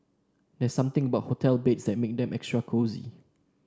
there's something about hotel beds that makes them extra cosy